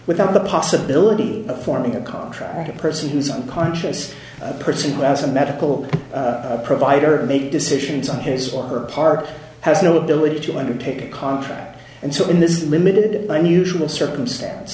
without the possibility of forming a contract with a person who's unconscious a person who has a medical provider make decisions on his or her part has no ability to undertake contract and so in this limited unusual circumstance